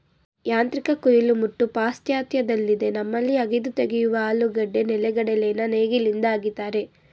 ಯಾಂತ್ರಿಕ ಕುಯಿಲು ಮುಟ್ಟು ಪಾಶ್ಚಾತ್ಯದಲ್ಲಿದೆ ನಮ್ಮಲ್ಲಿ ಅಗೆದು ತೆಗೆಯುವ ಆಲೂಗೆಡ್ಡೆ ನೆಲೆಗಡಲೆನ ನೇಗಿಲಿಂದ ಅಗಿತಾರೆ